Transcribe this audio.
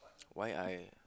why I